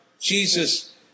Jesus